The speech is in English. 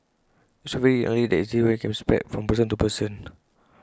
IT is also very unlikely that this infection can be spread from person to person